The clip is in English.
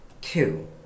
two